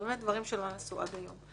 זה באמת דברים שלא נעשו עד היום.